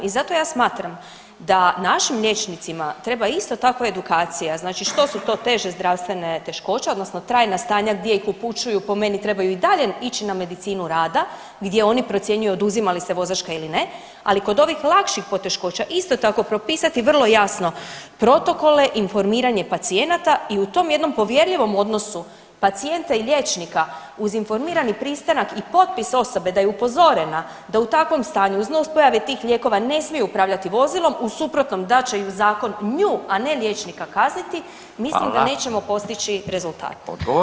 I zato ja smatram da našim liječnicima treba isto tako edukacija znači što su to teže zdravstvene teškoće odnosno trajna stanja gdje ih upućuju po meni trebaju i dalje ići na medicinu rada gdje oni procjenjuju oduzima li se vozačka ili ne, ali kod ovih lakših poteškoća isto tako propisati vrlo jasno protokole informiranje pacijenata i u tom jednom povjerljivom odnosu pacijenta i liječnika uz informirani pristanak i potpis osobe da je upozorena da u takvom stanju uz nuspojave tih lijekova ne smiju upravljati vozilo u suprotnom da će ju zakon nju, a ne liječnika kazniti mislim [[Upadica Radin: Hvala.]] da nećemo postići rezultate.